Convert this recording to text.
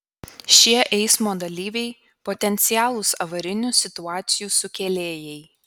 šie eismo dalyviai potencialūs avarinių situacijų sukėlėjai